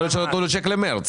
יכול להיות שנתנו לו צ'ק למרץ.